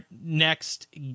next